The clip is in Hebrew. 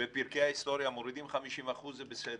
בפרקי ההיסטוריה מורידים 50% זה בסדר.